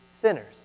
sinners